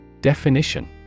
Definition